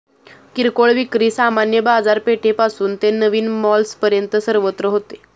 किरकोळ विक्री सामान्य बाजारपेठेपासून ते नवीन मॉल्सपर्यंत सर्वत्र होते